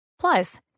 Plus